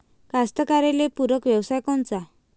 कास्तकाराइले पूरक व्यवसाय कोनचा?